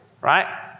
right